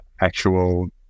actual